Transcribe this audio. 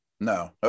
No